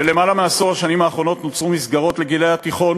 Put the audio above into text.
ביותר מעשר השנים האחרונות נוצרו מסגרות לגילאי התיכון